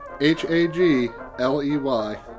H-A-G-L-E-Y